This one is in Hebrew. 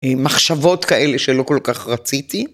מחשבות כאלה שלא כל כך רציתי.